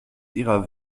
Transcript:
ihrer